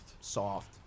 Soft